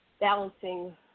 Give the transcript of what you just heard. balancing